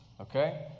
okay